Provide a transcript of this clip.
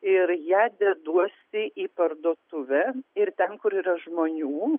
ir ja deduosi į parduotuvę ir ten kur yra žmonių